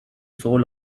soul